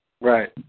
Right